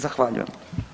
Zahvaljujem.